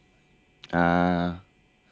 ah